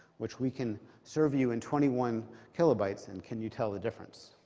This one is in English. which we can serve you in twenty one kilobytes, and can you tell the difference?